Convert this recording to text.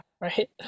Right